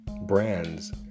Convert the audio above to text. brands